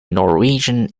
norwegian